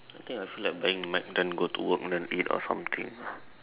I think I feel like buying mac then go to work then eat or something ah